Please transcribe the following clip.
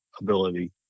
ability